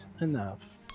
enough